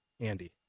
Andy